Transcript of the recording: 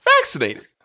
vaccinated